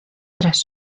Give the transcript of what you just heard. tras